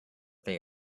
they